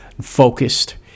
focused